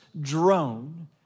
drone